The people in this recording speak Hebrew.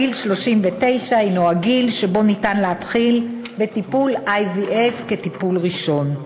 גיל 39 הנו הגיל שבו ניתן להתחיל בטיפול IVF כטיפול ראשון.